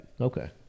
Okay